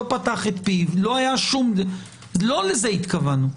לא פתח את פיו לא לזה התכוונו.